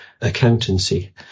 accountancy